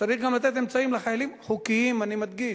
צריך גם לתת אמצעים לחיילים, חוקיים, אני מדגיש,